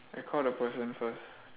I call the person first